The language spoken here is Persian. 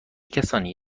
کسانی